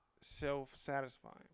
self-satisfying